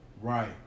Right